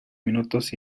minutos